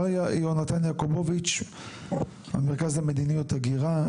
מר יונתן יעקובוביץ, המרכז למדיניות הגירה.